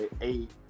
eight